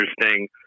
interesting